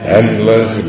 endless